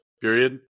period